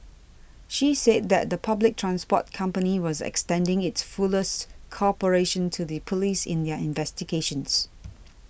she said that the public transport company was extending its fullest cooperation to the police in their investigations